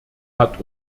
hat